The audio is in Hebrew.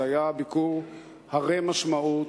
זה היה ביקור הרה משמעות,